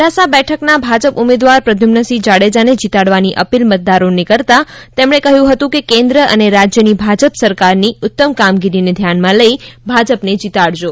અબડાસા બેઠકના ભાજપ ઉમેદવાર પ્રદ્યુમનસિંહ જાડેજાને જિતાડવાની અપીલ મતદારોને કરતાં તેમણે કહ્યું હતું કે કેન્દ્ર અને રાજ્યની ભાજપ સરકારની ઉત્તમ કામગીરીને ધ્યાનમાં લઈ ભાજપને જીતડજો